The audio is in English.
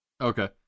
Okay